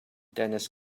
dennis